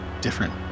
different